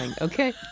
Okay